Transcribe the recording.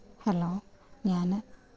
hello ഞാന്